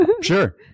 Sure